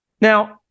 Now